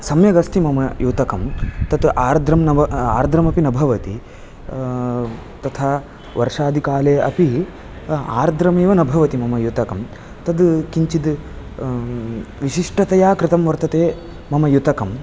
सम्यगस्ति मम युतकं तत्र आर्द्रं नम आर्द्रमपि न भवति तथा वर्षादिकाले अपि आर्द्रमेव न भवति युतकं तद् किञ्चिद् विशिष्टतया कृतं वर्तते मम युतकं